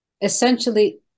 essentially